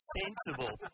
sensible